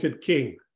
king